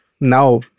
now